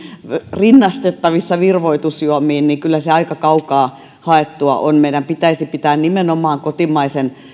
rinnastettavissa virvoitusjuomiin niin kyllä se aika kaukaa haettua on meidän pitäisi pitää nimenomaan kotimaisen